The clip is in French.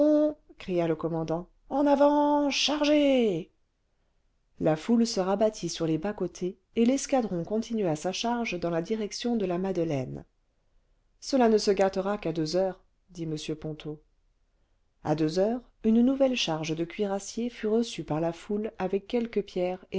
cria le commandant en avant chargez la foule se rabattit sur les bas côtés et l'escadron continua sa charge dans la direction de la madeleine cela ne se gâtera qu'à deux heures dit m ponto a deux heures une nouvelle charge de cuirassiers fut reçue par la foule avec quelques pierres